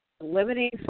limiting